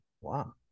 wow